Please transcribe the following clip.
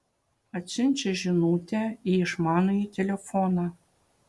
atsiunčia žinutę į išmanųjį telefoną